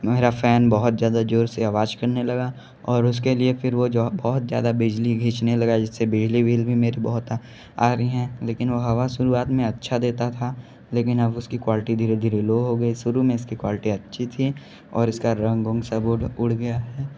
मेरा फ़ैन बहुत ज़्यादा ज़ोर से आवाज़ करने लगा और उसके लिए फिर वो जो बहुत ज़्यादा बिजली खीचने लगा जिस से बिजली बिल भी मेरी बहुत आ रही है लेकिन वो हवा शुरुवात में अच्छा देता था लेकिन अब उस की क्वालिटी धीरे धीरे लो हो गई शुरू में इस की क्वालिटी अच्छी थी और इस का रंग वंग सब उड़ गया है